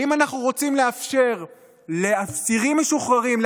האם אנחנו רוצים לאפשר לאסירים משוחררים,